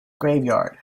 graveyard